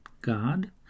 God